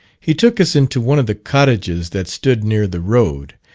he took us into one of the cottages that stood near the road,